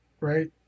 Right